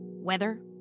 Weather